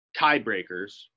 tiebreakers